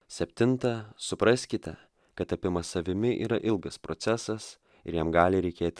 septinta supraskite kad tapimas savimi yra ilgas procesas ir jam gali reikėt